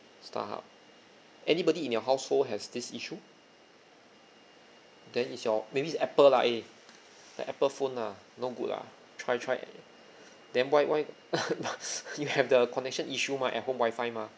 starhub anybody in your household has this issue then is your maybe is apple lah eh like apple phone lah no good lah try try and then why why you have the connection issue mah at home wifi mah